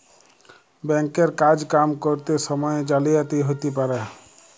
bank এর কাজ কাম ক্যরত সময়ে জালিয়াতি হ্যতে পারে